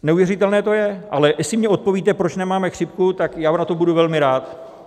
Neuvěřitelné to je, ale jestli mi odpovíte, proč nemáme chřipku, tak já vám za to budu velmi rád.